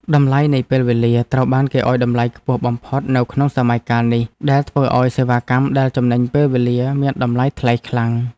តម្លៃនៃពេលវេលាត្រូវបានគេឱ្យតម្លៃខ្ពស់បំផុតនៅក្នុងសម័យកាលនេះ ដែលធ្វើឱ្យសេវាកម្មដែលចំណេញពេលវេលាមានតម្លៃថ្លៃខ្លាំង។